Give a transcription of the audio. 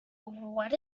what